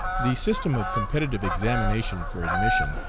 the system of competitive examination for admission,